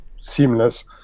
seamless